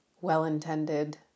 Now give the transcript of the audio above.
well-intended